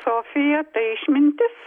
sofija tai išmintis